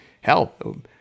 hell